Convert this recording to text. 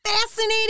fascinating